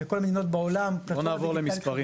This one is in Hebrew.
בכל המדינות בעולם --- בוא נעבור למספרים,